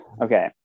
Okay